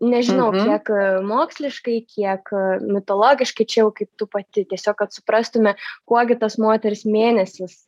nežinau kiek moksliškai kiek mitologiškai čia jau kaip tu pati tiesiog kad suprastume kuo gi tas moters mėnesis